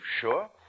sure